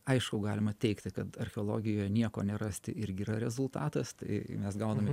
aišku galima teigti kad archeologijoj nieko nerasti irgi yra rezultatas tai mes gauname